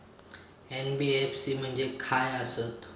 NBFC म्हणजे खाय आसत?